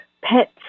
pets